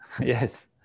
yes